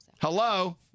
Hello